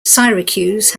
syracuse